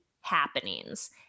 happenings